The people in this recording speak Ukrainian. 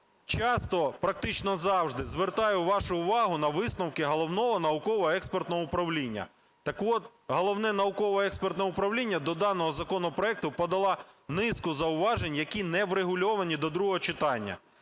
часто, практично завжди, звертаю вашу увагу на висновки Головного науково-експертного управління. Так от, Головне науково-експертне управління до даного законопроекту подало низку зауважень, які не врегульовані до другого читання.